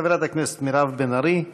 חברת הכנסת מירב בן ארי,